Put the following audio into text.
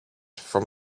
from